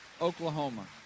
Oklahoma